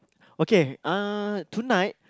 okay uh tonight